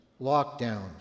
lockdowns